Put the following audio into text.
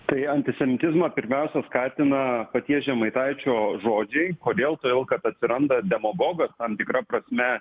tai antisemitizmą pirmiausia skatina paties žemaitaičio žodžiai kodėl todėl kad atsiranda demagogas tam tikra prasme